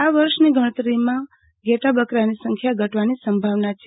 આ વર્ષની ગણતરીમાં ઘેટાં બકરાંની સંખ્યા ઘટવાની સંભાવના છે